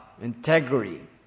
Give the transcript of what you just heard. integrity